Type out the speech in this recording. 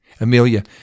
Amelia